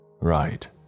Right